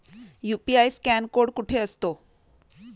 UPI scan code कुठे असतो?